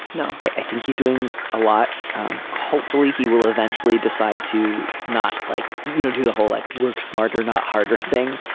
no i think he's doing a lot. um hopefully he will eventually decide to not like you know do the whole like work smarter not harder thing.